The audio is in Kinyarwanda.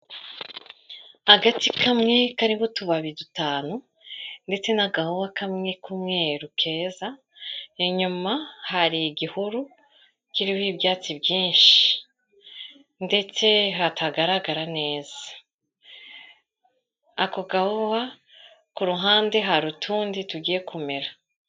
Agati kamwe, kariho utubabi dutanu, ndetse n'agahohwa kamwe k'umweru keza, inyuma hari igihuru, kiriho ibyatsi byinshi. Ndetse hatagaragara neza. Ako gahohwa, kuruhande hari utundi tugiye kumera.